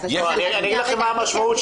לא מחלישים.